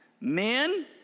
Men